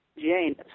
Jane